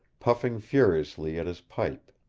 puffing furiously at his pipe.